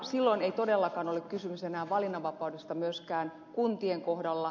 silloin ei todellakaan ole kysymys enää valinnanvapaudesta myöskään kuntien kohdalla